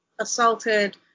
assaulted